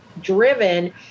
driven